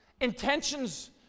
Intentions